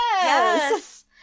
Yes